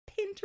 pinterest